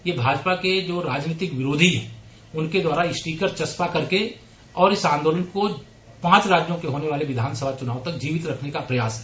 ये भाजपा की जो राजनीतिक विरोधी उनके द्वारा स्टीकर चस्पा करके और इस आन्दोलन को पांच राज्यों के होने वाले विधानसभा चुनावों तक जीवित रखने का प्रयास है